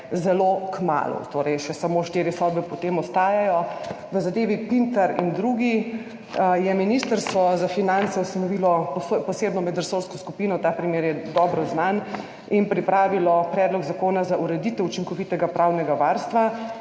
zelo kmalu. Torej še samo štiri sodbe potem ostajajo. V zadevi Pintar in drugi je Ministrstvo za finance ustanovilo posebno medresorsko skupino, ta primer je dobro znan, in pripravilo predlog zakona za ureditev učinkovitega pravnega varstva,